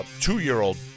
two-year-old